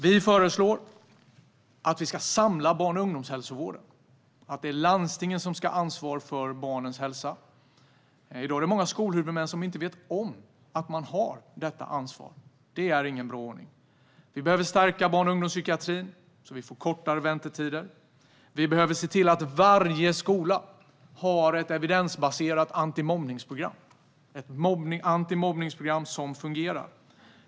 Vi föreslår att barn och ungdomshälsovården ska samlas. Landstingen ska ha ansvar för barnens hälsa. I dag är det många skolhuvudmän som inte vet om att de har detta ansvar. Det är ingen bra ordning. Vi behöver stärka barn och ungdomspsykiatrin så att det blir kortare väntetider. Vi behöver se till att varje skola har ett evidensbaserat antimobbningsprogram som fungerar.